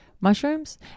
mushrooms